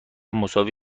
مساوی